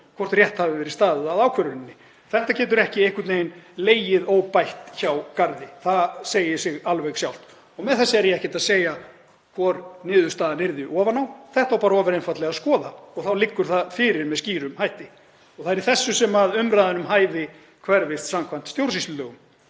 hvort rétt hafi verið staðið að ákvörðuninni. Þetta getur ekki einhvern veginn legið óbætt hjá garði, það segir sig alveg sjálft. Með þessu er ég ekkert að segja til um hvor niðurstaðan yrði ofan á, þetta verður bara ofureinfaldlega að skoða og þá liggur það fyrir með skýrum hætti. Um þetta hverfist umræðan um hæfi samkvæmt stjórnsýslulögum.